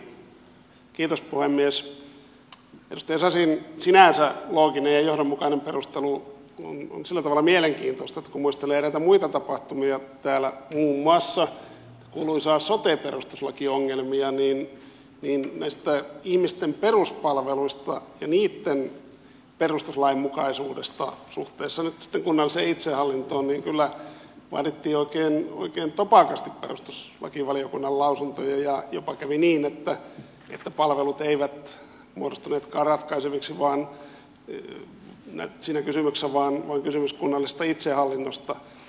edustaja sasin sinänsä looginen ja johdonmukainen perustelu on sillä tavalla mielenkiintoista että kun muistelee eräitä muita tapahtumia täällä muun muassa kuuluisia sote perustuslakiongelmia niin näistä ihmisten peruspalveluista ja niitten perustuslainmukaisuudesta suhteessa nyt sitten kunnalliseen itsehallintoon kyllä vaadittiin oikein topakasti perustuslakivaliokunnan lausuntoja ja jopa kävi niin että palvelut eivät muodostuneetkaan ratkaiseviksi siinä kysymyksessä vaan kysymys kunnallisesta itsehallinnosta